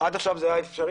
עד עכשיו זה היה אפשרי.